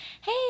hey